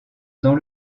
dans